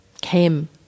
came